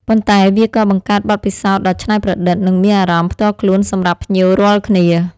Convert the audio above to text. ប៉ុន្តែវាក៏បង្កើតបទពិសោធន៍ដ៏ច្នៃប្រឌិត និងមានអារម្មណ៍ផ្ទាល់ខ្លួនសម្រាប់ភ្ញៀវរាល់គ្នា។